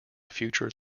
future